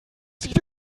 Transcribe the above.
sieht